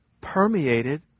permeated